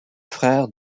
frère